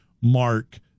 mark